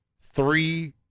three